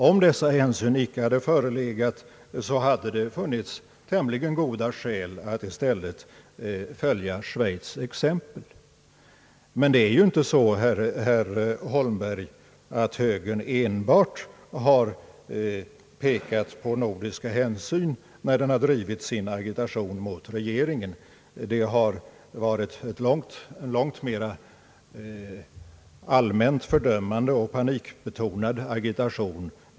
Om dessa hänsyn icke förelegat hade det funnits tämligen goda skäl att i stället följa Schweiz” exempel. Men det är ju inte så, herr Holmberg, att högern enbart har pekat på nordiska hänsyn när den har drivit sin agitation mot regeringen. Det har varit en långt mera allmänt fördömande och panikbetonad agitation.